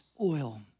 oil